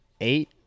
eight